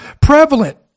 prevalent